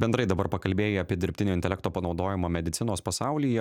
bendrai dabar pakalbėjai apie dirbtinio intelekto panaudojimą medicinos pasaulyje